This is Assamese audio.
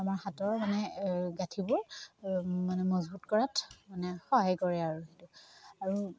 আমাৰ হাতৰ মানে গাঁঠিবোৰ মানে মজবুত কৰাত মানে সহায় কৰে আৰু সেইটো আৰু